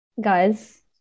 guys